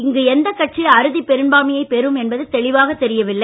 இங்கு எந்த கட்சி அருதி பெருபான்மையை பெரும் என்பது தெளிவாக தெரியவில்லை